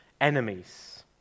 enemies